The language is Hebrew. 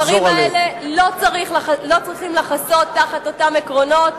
הדברים האלה לא צריכים לחסות תחת אותם עקרונות